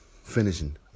Finishing